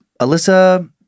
Alyssa